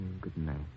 goodnight